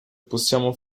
possiamo